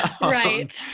Right